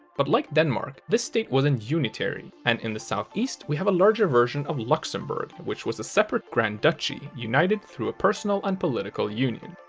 but like denmark, this state wasn't unitary, and in the southeast we have a larger version of luxembourg, which was a separate grand duchy, united through a personal and political union.